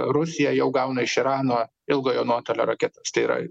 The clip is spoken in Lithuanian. rusija jau gauna iš irano ilgojo nuotolio raketas tai yra